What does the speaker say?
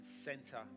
center